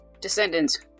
Descendants